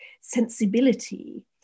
sensibility